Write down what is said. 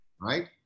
Right